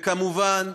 כמובן,